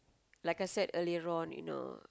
like I said earlier on you know